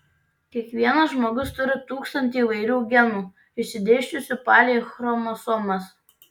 kiekvienas žmogus turi tūkstantį įvairių genų išsidėsčiusių palei chromosomas